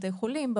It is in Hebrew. בתי חולים,